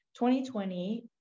2020